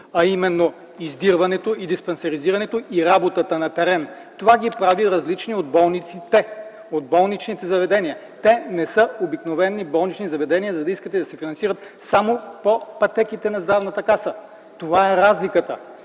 а именно издирването и диспансеризирането и работата на терен? Това ги прави различни от болниците, от болничните заведения. Те не са обикновени болнични заведения, за да искате да се финансират само по пътеките на Здравната каса. Това е разликата.